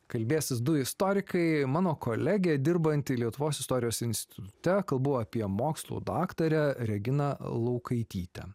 kalbėsis du istorikai mano kolegė dirbanti lietuvos istorijos institute kalbu apie mokslų daktarę reginą laukaitytę